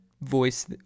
voice